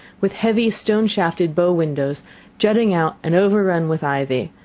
with heavy stone-shafted bow windows jutting out and overrun with ivy,